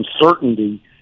uncertainty